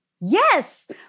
yes